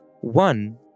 One